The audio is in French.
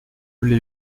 l’ai